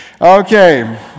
Okay